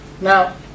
Now